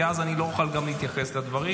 כי אז אני לא אוכל גם להתייחס לדברים,